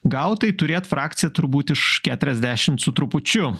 gaut tai turėt frakciją turbūt iš keturiasdešimt su trupučiu